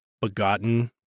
begotten